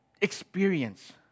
experience